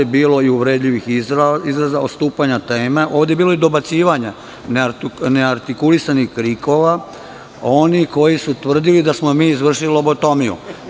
Bilo je i uvredljivih izraza, odstupanja od tema, dobacivanja, neartikulisanih krikova onih koji su tvrdili da smo izvršili lobotomiju.